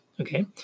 Okay